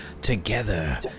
together